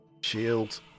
Shield